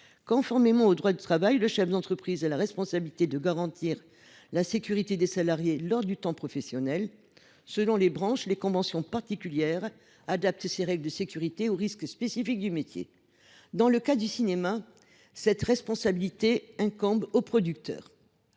Conformément au droit du travail, le chef d’entreprise a la responsabilité de garantir la sécurité des salariés lors du temps professionnel. Selon les branches, les conventions particulières adaptent ces règles de sécurité aux risques spécifiques du métier. Dans le cas du cinéma, cette responsabilité incombe au producteur.